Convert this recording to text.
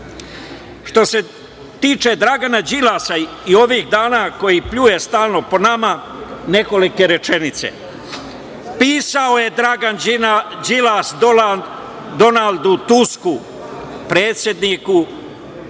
Što se tiče Dragana Đilasa i ovih dana, koji pljuje stalno po nama, nekolike rečenice. Pisao je Dragan Đilas Donaldu Tusku, predsedniku